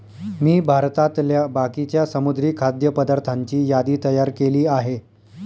मी भारतातल्या बाकीच्या समुद्री खाद्य पदार्थांची यादी तयार केली आहे